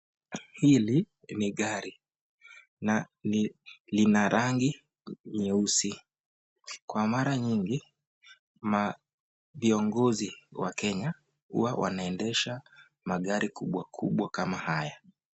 Hili ni gari na lina rangi nyeusi na lina rangi nyeusi, kwa mara mingi viongozi wa Kenya huwa wanaendesha magari kubwa kubwa kama haya.